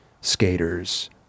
skaters